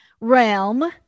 realm